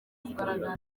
kugaragara